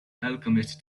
alchemist